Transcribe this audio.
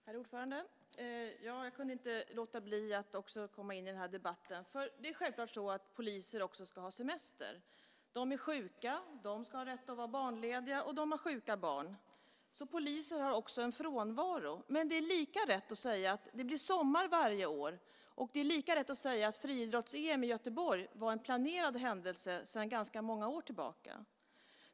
Herr talman! Jag kunde inte låta bli att också gå in i den här debatten. Självklart är det så att poliser även ska ha semester, att de är sjuka, att de ska ha rätt att vara barnlediga och att de har sjuka barn. Poliser har alltså också en frånvaro. Lika rätt är det dock att säga att det blir sommar varje år och att friidrotts-VM i Göteborg var en planerad händelse sedan ganska många år tillbaka.